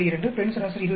2 பெண் சராசரி 27